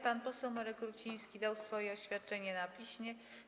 Pan poseł Marek Ruciński złożył swoje oświadczenie na piśmie.